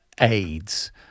aids